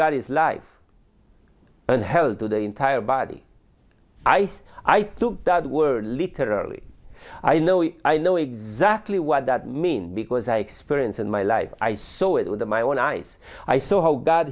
god is life and hell to the entire body i i took that word literally i know it i know exactly what that means because i experience in my life i saw it with my own eyes i saw how god